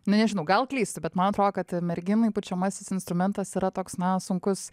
nu nežinau gal klystu bet man atrodo kad merginai pučiamasis instrumentas yra toks na sunkus